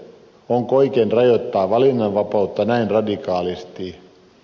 onko oikein rajoittaa valinnanvapautta näin radikaalisti